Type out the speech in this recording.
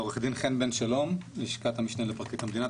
עו"ד חן בן שלום מלשכת המשנה לפרקליט המדינה,